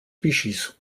species